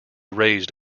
raised